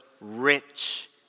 rich